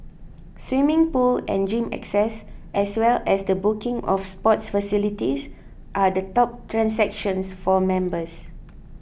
swimming pool and gym access as well as the booking of sports facilities are the top transactions for members